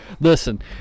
listen